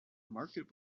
market